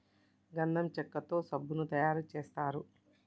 గంధం చెక్కతో సబ్బులు తయారు చేస్తారు